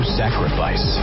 sacrifice